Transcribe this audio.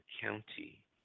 county